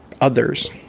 others